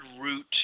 route